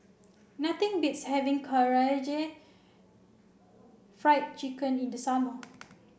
nothing beats having Karaage Fried Chicken in the summer